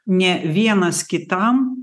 ne vienas kitam